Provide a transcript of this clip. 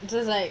it's just like